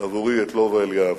עבורי את לובה אליאב: